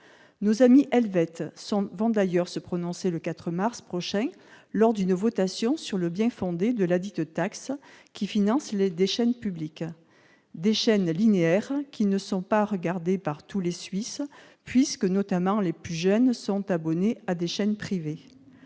Nos amis helvètes vont d'ailleurs se prononcer le 4 mars prochain lors d'une votation sur le bien-fondé de ladite taxe qui finance des chaînes publiques. Ces chaînes linéaires ne sont pas regardées par tous les Suisses, puisque nombre d'entre eux, notamment les plus jeunes, sont abonnés à des chaînes privées.